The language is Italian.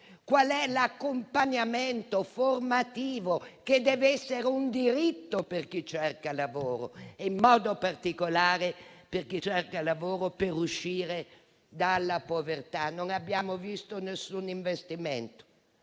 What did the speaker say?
Qual è l'accompagnamento formativo che deve essere un diritto per chi cerca lavoro e, in modo particolare, per chi cerca lavoro per uscire dalla povertà? Non abbiamo visto alcun investimento